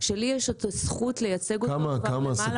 שיש לי את הזכות לייצג אותם כבר למעלה מארבע שנים.